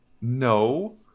No